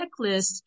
checklist